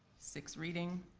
six reading,